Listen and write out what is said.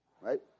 Right